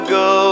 go